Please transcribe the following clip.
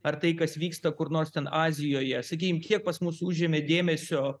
ar tai kas vyksta kur nors ten azijoje sakykim kiek pas mus užėmė dėmesio